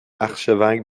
archevêque